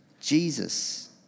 Jesus